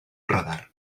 radar